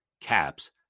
caps